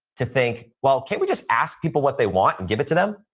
to think, well, can we just ask people what they want and give it to them?